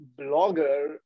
blogger